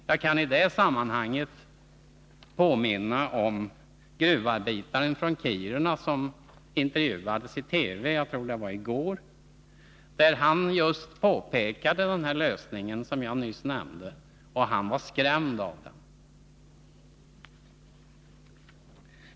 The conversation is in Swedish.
Jag kan i det sammanhanget påminna om gruvarbetaren från Kiruna som intervjuades i TV — jag tror att det var i går — och påpekade den lösning jag nyss nämnde. Han var skrämd av den.